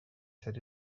set